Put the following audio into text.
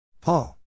Paul